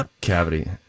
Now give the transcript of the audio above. cavity